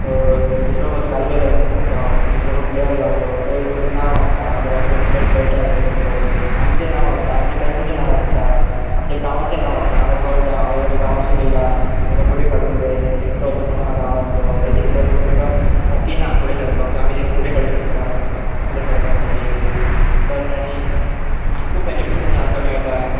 दुसरो आसा तो बारी गेलो समज आनी दुसरो कोण प्लेयर गावलो थंय फुडें नांव वाडटा हां बाबा असो प्लेयर खेळटा एकटो भुरगो आमचें नांव वाडटा आमचे पेरंट्सांचें नांव वाडटा आमचें गांवाचें नांव हाडटा कळटा हांव गांवांतून येला एका फुडें काडूंक जाय एकटो असो कोण आहा गांवांतलो तेज चड कोण तेका फाटी ना फुडें सरपाक आमी तेका फुडें काडूं शकता फुडें सरपा खातीर प्लस आनी खूब बेनिफिट्स अशे आमकां मेळटात